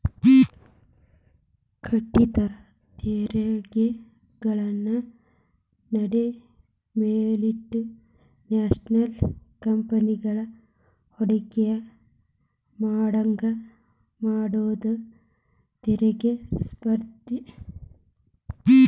ಕಡ್ಮಿ ತೆರಿಗೆಗಳನ್ನ ನೇಡಿ ಮಲ್ಟಿ ನ್ಯಾಷನಲ್ ಕಂಪೆನಿಗಳನ್ನ ಹೂಡಕಿ ಮಾಡೋಂಗ ಮಾಡುದ ತೆರಿಗಿ ಸ್ಪರ್ಧೆ